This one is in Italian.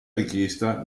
richiesta